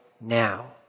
now